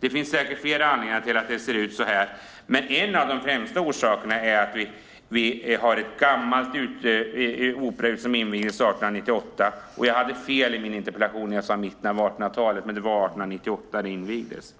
Det finns säkert flera anledningar till att det ser ut så här, men en av de främsta orsakerna är att vi har ett gammalt operahus, som invigdes 1898. Jag hade fel i min interpellation där jag skrev mitten av 1800-talet, men det var 1898 som det invigdes.